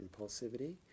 impulsivity